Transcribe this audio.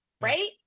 right